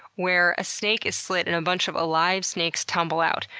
where a snake is slit and a bunch of alive snakes tumble out.